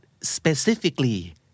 specifically